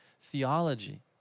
theology